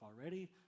already